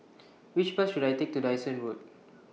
Which Bus should I Take to Dyson Road